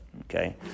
okay